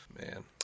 Man